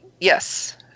Yes